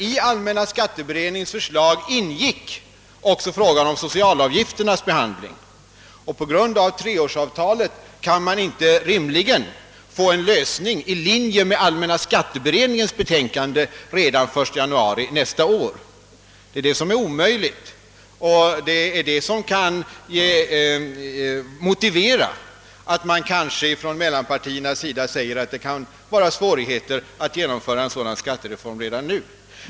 I allmänna skatteberedningens förslag ingick ju också frågan om socialavgifternas behandling, och på grund av treårsavtalet går det inte rimligen att få till stånd en lösning i linje med allmänna skatteberedningens betänkande redan den 1 januari nästa år. Däri ligger motiveringen till att mellanpartierna anser att det kan föreligga svårigheter att genomföra en sådan skattereform redan nu.